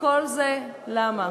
וכל זה למה?